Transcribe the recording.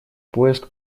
поиск